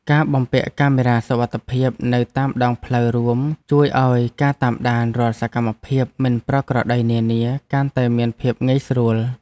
ការបំពាក់កាមេរ៉ាសុវត្ថិភាពនៅតាមដងផ្លូវរួមជួយឱ្យការតាមដានរាល់សកម្មភាពមិនប្រក្រតីនានាកាន់តែមានភាពងាយស្រួល។